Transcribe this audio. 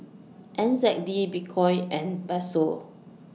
N Z D Bitcoin and Peso